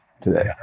today